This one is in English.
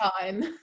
time